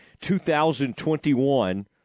2021